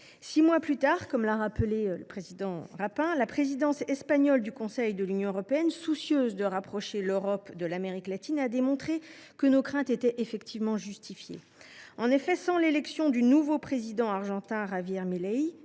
Six mois plus tard, comme l’a rappelé Jean François Rapin, la présidence espagnole du Conseil de l’Union européenne, soucieuse de rapprocher l’Europe de l’Amérique latine, a démontré que nos craintes étaient justifiées. En effet, sans l’élection du nouveau président argentin Javier Milei,